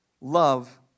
Love